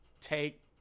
take